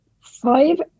Five